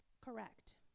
correct